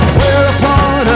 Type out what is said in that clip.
Whereupon